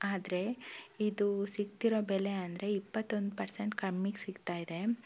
ಆದರೆ ಇದು ಸಿಕ್ತಿರೋ ಬೆಲೆ ಅಂದರೆ ಇಪ್ಪತ್ತೊಂದು ಪರ್ಸೆಂಟ್ ಕಮ್ಮಿಗೆ ಸಿಗ್ತಾ ಇದೆ